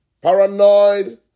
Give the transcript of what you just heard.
Paranoid